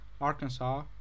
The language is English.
Arkansas